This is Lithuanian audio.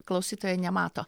klausytojai nemato